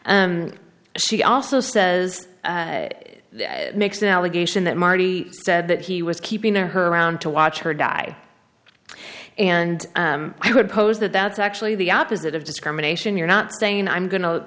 and she also says makes an allegation that marty said that he was keeping her around to watch her die and i would pose that that's actually the opposite of discrimination you're not saying i'm go